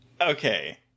Okay